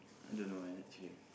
I don't know eh actually